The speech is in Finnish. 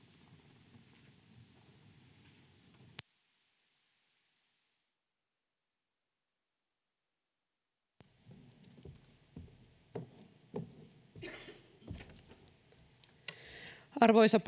arvoisa